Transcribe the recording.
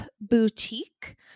Boutique